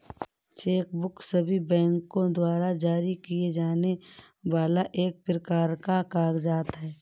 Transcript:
check book सभी बैंको द्वारा जारी किए जाने वाला एक प्रकार का कागज़ात है